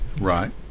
right